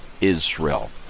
Israel